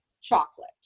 chocolate